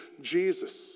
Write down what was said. Jesus